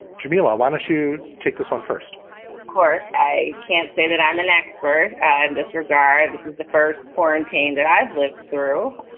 yeah ah want to to take this one first of course, i can't say that i'm an expert at this regard. this is the first quarantine that i've lived through.